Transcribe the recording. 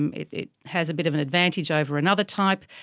um it it has a bit of an advantage over another type.